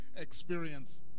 experience